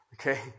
okay